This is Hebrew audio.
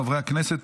חברי הכנסת,